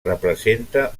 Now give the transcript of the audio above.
representa